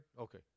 Okay